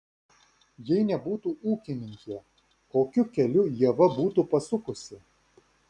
jei nebūtų ūkininkė kokiu keliu ieva būtų pasukusi